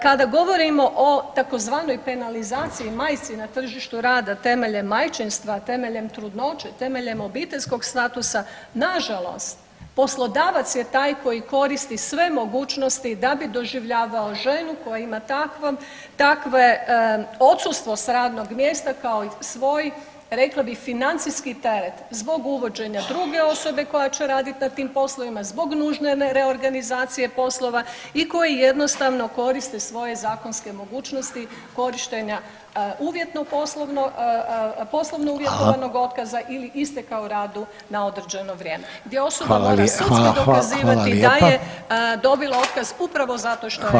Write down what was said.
Kada govorimo o tzv. penalizaciji, majci na tržištu rada temeljem majčinstva, temeljem trudnoće, temeljem obiteljskog statusa, nažalost poslodavac je taj koji koristi sve mogućnosti da bi doživljavao ženu koja ima takvo, takve odsustvo s radnog mjesta kao svoj rekla bih financijski teret zbog uvođenja druge osobe koja će raditi na tim poslovima, zbog nužne reorganizacije poslova i koji jednostavno koriste svoje zakonske mogućnosti korištenja uvjetno poslovno, poslovno uvjetovanog otkaza ili isteka o radu na određeno vrijeme gdje osoba mora sudski dokazivati da je dobila otkaz upravo zato što je majka.